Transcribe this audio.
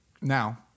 Now